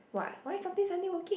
what why Saturday Sunday working